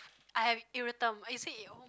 I have is it um